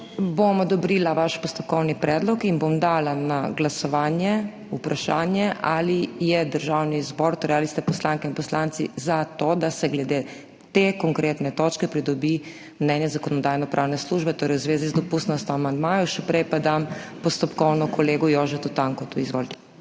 Odobrila bom vaš postopkovni predlog in bom dala na glasovanje vprašanje, ali je državni zbor, torej ali ste poslanke in poslanci za to, da se glede te konkretne točke pridobi mnenje Zakonodajno-pravne službe, torej v zvezi z dopustnostjo amandmajev. Še prej pa dam postopkovno kolegu Jožetu Tanku. Izvolite.